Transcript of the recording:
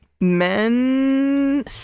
men